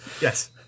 yes